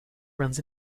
runs